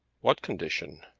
what condition?